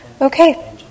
okay